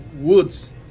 Woods